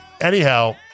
Anyhow